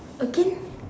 again